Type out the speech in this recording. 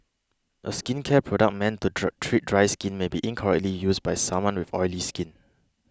a skincare product meant to true treat dry skin may be incorrectly used by someone with oily skin